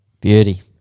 Beauty